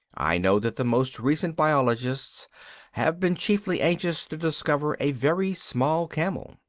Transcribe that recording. i know that the most recent biologists have been chiefly anxious to discover a very small camel.